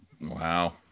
Wow